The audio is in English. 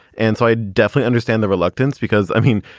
and so i definitely understand the reluctance because i mean,